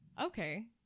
Okay